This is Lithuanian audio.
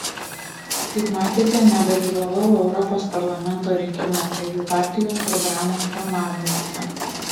kaip matėte nedalyvavau europos parlamento rinkimuose jų partijos programos formavimuose